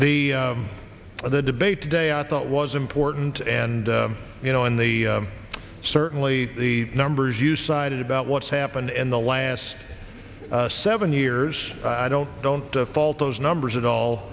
the the debate today i thought was important and you know in the certainly the numbers you cited about what's happened in the last seven years i don't don't fault those numbers at all